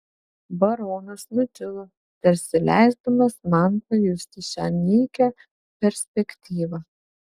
baronas nutilo tarsi leisdamas man pajusti šią nykią perspektyvą